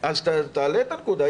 אז תעלה את הנקודה.